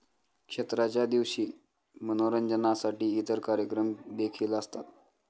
क्षेत्राच्या दिवशी मनोरंजनासाठी इतर कार्यक्रम देखील असतात